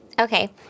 Okay